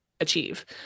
achieve